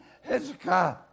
Hezekiah